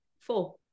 Four